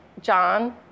John